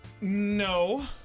No